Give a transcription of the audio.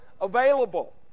available